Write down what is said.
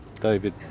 David